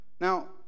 Now